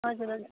हजुर हजुर